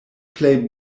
plej